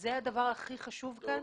וזה הדבר הכי חשוב כאן.